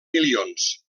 milions